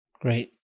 Great